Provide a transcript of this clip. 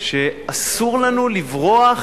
שאסור לנו לברוח.